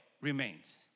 remains